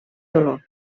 dolor